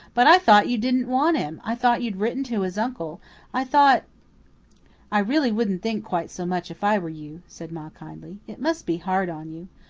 but i thought you didn't want him i thought you'd written to his uncle i thought i really wouldn't think quite so much if i were you, said ma kindly. it must be hard on you.